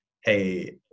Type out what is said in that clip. hey